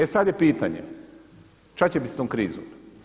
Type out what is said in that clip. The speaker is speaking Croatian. I sad je pitanje ča će bi sa tom krizom?